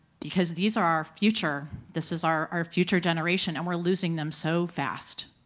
because these are our future. this is our our future generation, and we're losing them so fast.